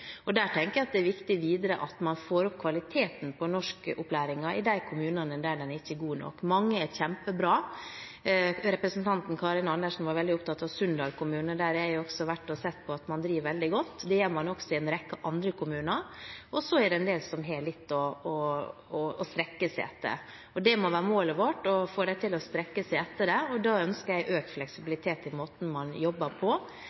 tenker at det er viktig å få opp kvaliteten på norskopplæringen i de kommunene der den ikke er god nok – i mange er den kjempebra. Representanten Karin Andersen var veldig opptatt av Sunndal kommune. Der har jeg også vært, og sett at man driver veldig godt. Det gjør man også i en rekke andre kommuner. Og så er det en del som har litt å strekke seg etter. Det må være målet vårt – å få dem til å strekke seg etter det. Da ønsker jeg økt fleksibilitet i måten man jobber på,